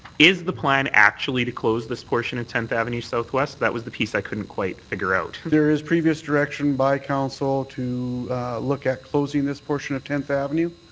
is the plan actually to close this portion of tenth avenue southwest? that was the piece i couldn't quite figure out. there is previous direction by council to look at closing this portion of tenth avenue.